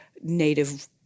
native